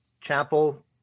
chapel